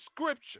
scripture